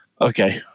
Okay